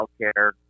healthcare